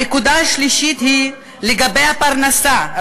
הנקודה השלישית היא לגבי הפרנסה.